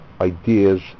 ideas